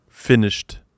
finished